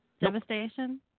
Devastation